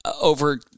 over